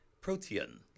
Protein